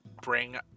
bring